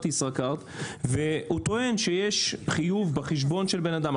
ישראכרט והוא טוען שיש חיוב בחשבון של בן אדם.